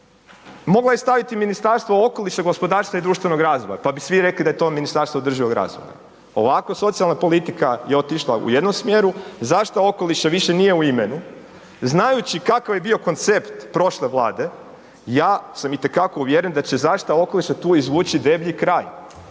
mogla je staviti i Ministarstvo okoliša, gospodarstva i društvenog razvoja, pa bi svi rekli da je to Ministarstvo održivog razvoja. Ovakva socijalna politika je otišla u jednom smjeru. Zašto okoliša više nije u imenu? Znajući kakav je bio koncept prošle vlade, ja sam itekako uvjeren da će zaštita okoliša tu izvući deblji kraj